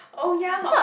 oh ya hor